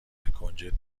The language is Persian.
کنجد